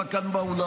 רק כאן באולם.